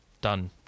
done